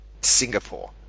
Singapore